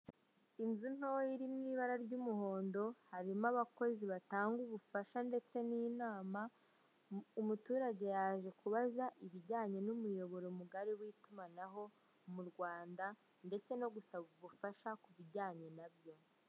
Inzu ntoya iri mwibara ry'umuhondo harimo abakozi batanga ubufasha ndetse ninama, umuturage yaje kubaza ibijyanye n'umuyoboro mugari witumanaho m'urwanda ndetse no gusaba ubufasha kubijyanye nabyo.